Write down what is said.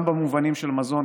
גם במובנים של מזון.